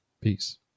peace